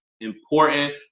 important